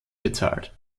bezahlt